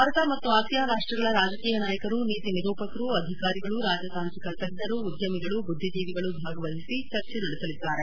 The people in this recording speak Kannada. ಭಾರತ ಮತ್ತು ಆಸಿಯಾನ್ ರಾಷ್ಷಗಳ ರಾಜಕೀಯ ನಾಯಕರು ನೀತಿ ನಿರೂಪಕರು ಅಧಿಕಾರಿಗಳು ರಾಜತಾಂತ್ರಿಕ ತಜ್ಞರು ಉದ್ಘಮಿಗಳು ಬುದ್ದಿಜೀವಿಗಳು ಭಾಗವಹಿಸಿ ಚರ್ಚೆ ನಡೆಸಲಿದ್ದಾರೆ